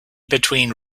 between